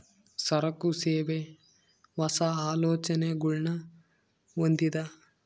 ಸರಕು, ಸೇವೆ, ಹೊಸ, ಆಲೋಚನೆಗುಳ್ನ ಹೊಂದಿದ